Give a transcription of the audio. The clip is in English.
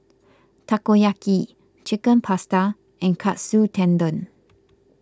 Takoyaki Chicken Pasta and Katsu Tendon